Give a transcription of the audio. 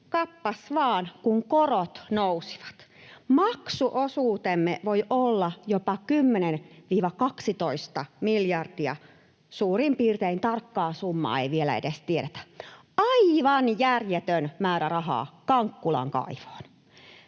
Kappas vain: kun korot nousivat, maksuosuutemme voi olla jopa 10—12 miljardia, suurin piirtein. Tarkkaa summaa ei vielä edes tiedetä. Aivan järjetön määrä rahaa Kankkulan kaivoon.